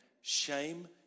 Shame